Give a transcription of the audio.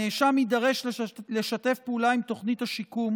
הנאשם יידרש לשתף פעולה עם תוכנית השיקום